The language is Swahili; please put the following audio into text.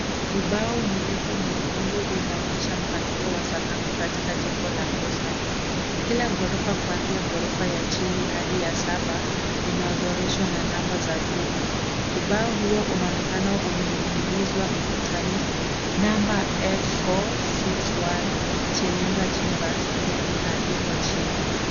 Ubao mrefu mwekundu unaonyesha mpangilio wa sakafu katika jengo la Kose Heights. Kila ghorofa kuanzia ghorofa ya chini hadi ya saba, imeodhoreshwa na namba za vyumba. Ubao huo unaonekana umening'inizwa ukutani, namba F461 Chelenga Chambers pia inaandikwa chini.